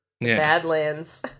Badlands